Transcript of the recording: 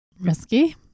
Risky